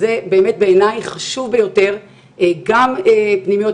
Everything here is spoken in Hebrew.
אז זה באמת בעיניי חשוב ביותר, גם פנימיות.